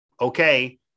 okay